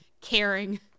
caring